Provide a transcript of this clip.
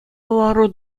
лару